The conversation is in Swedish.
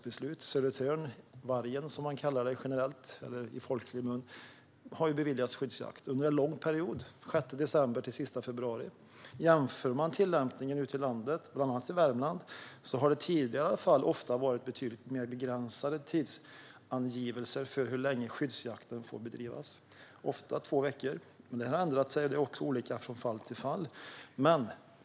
När det gäller Södertörnsvargen, som den kallas i folkmun, har skyddsjakt beviljats under en lång period: från den 6 december till den 28 februari. Tillämpningen ute i landet, bland annat i Värmland, har i alla fall tidigare haft betydligt mer begränsade tidsangivelser för hur länge skyddsjakten får bedrivas. Ofta har det handlat om två veckor, men detta har ändrat sig och är också olika från fall till fall.